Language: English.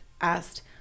asked